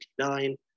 1999